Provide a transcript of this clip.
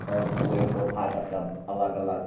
आओर ओहि पौधाके तब अलग अलग